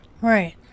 Right